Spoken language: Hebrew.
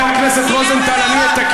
אגב, זה לא חייב להיות, אני אתקן.